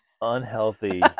unhealthy